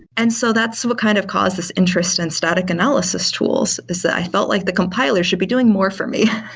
and so that's what kind of caused this interest in static analysis tools, is that i felt like the compiler should be doing more for me.